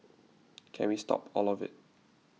can we stop all of it